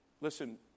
Listen